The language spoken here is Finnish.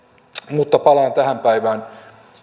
mutta palaan tähän päivään